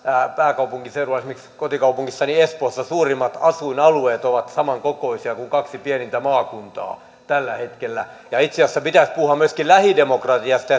pääkaupunkiseudulla esimerkiksi kotikaupungissani espoossa suurimmat asuinalueet ovat samankokoisia kuin kaksi pienintä maakuntaa tällä hetkellä itse asiassa pitäisi puhua myöskin lähidemokratiasta